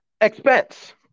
expense